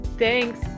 Thanks